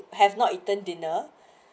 I have not eaten dinner